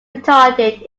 retarded